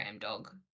dog